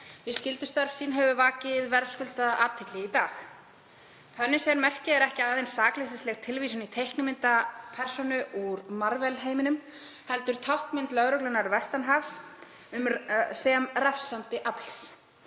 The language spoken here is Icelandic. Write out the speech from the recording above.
við skyldustörf sín hefur vakið verðskuldaða athygli í dag. Hönnun þessara merkja er ekki aðeins sakleysisleg tilvísun í teiknimyndapersónu úr Marvel-heiminum heldur táknmynd lögreglunnar vestan hafs sem refsandi afls